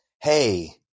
hey